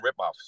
ripoffs